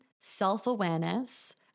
self-awareness